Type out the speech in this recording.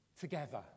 together